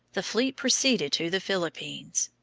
the fleet proceeded to the philippines.